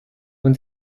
man